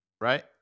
Right